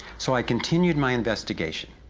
so i continued my investigation.